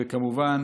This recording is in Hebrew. וכמובן,